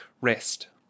Rest